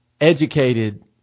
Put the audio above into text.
educated